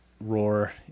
roar